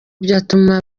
byatuma